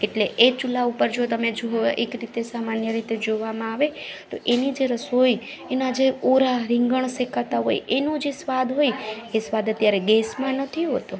એટલે એ ચૂલા ઉપર જો તમે એક રીતે સામાન્ય રીતે જોવામાં આવે તો એની જે રસોઈ એના જે ઓરા રીંગણ શેકાતા હોય એનું જે સ્વાદ હોય એ સ્વાદ અત્યારે ગેસમાં નથી હોતો